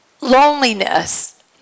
loneliness